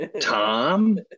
Tom